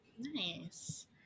Nice